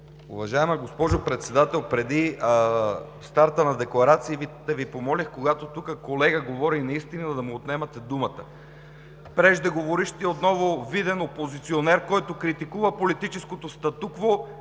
Уважаема госпожо Председател, преди старта на декларациите Ви помолих, когато тук колега говори неистина, да му отнемате думата. Преждеговорившият – отново виден опозиционер, който критикува политическото статукво